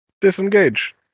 disengage